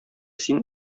син